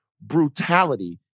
brutality